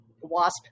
wasp